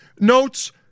notes